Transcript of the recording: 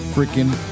Freaking